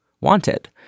wanted